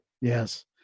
yes